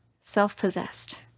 self-possessed